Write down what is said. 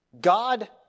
God